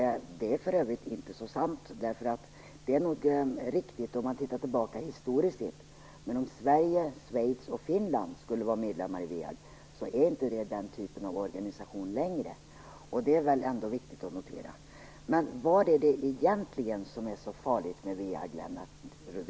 Det är för övrigt inte sant. Det är nog riktigt om man tittar tillbaka historiskt sett, men om Sverige, Schweiz och Finland skulle vara medlemmar i WEAG vore det inte den typen av organisation längre. Det är väl ändå viktigt att notera. Vad är det egentligen som är så farligt med